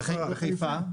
בחיפה.